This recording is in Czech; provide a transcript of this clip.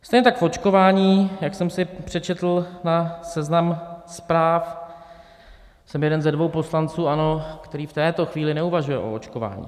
Stejně tak očkování, jak jsem si přečetl na Seznam Zprávy, jsem jeden ze dvou poslanců ANO, který v této chvíli neuvažuje o očkování.